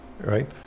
right